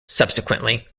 subsequently